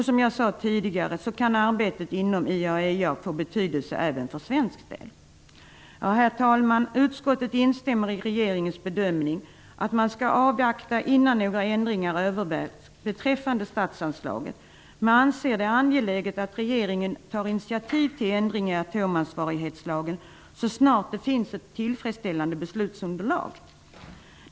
Som jag sade tidigare kan arbetet inom IAEA få betydelse även för svensk del. Herr talman! Utskottet instämmer i regeringens bedömning, att man skall avvakta innan några ändringar övervägs beträffande statsanslaget, men anser att det är angeläget att regeringen tar initiativ till ändring i atomansvarighetslagen så snart det finns ett tillfredsställande beslutsunderlag.